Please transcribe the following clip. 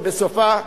שבסופה,